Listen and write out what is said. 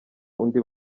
undi